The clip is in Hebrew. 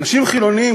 אנשים חילונים,